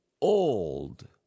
old